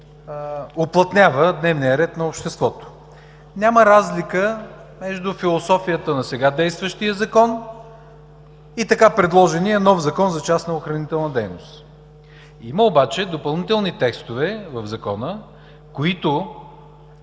уплътнява дневния ред на обществото. Няма разлика между философията на сега действащия Закон и така предложения нов Закон за частната охранителна дейност. Има обаче допълнителни текстове в Закона, които